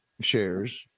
shares